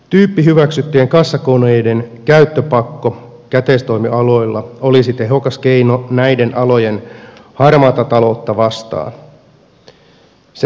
tyyppihyväksyttyjen kassakoneiden käyttöpakko käteistoimialoilla olisi tehokas keino näiden alojen harmaata taloutta vastaan